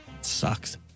Sucks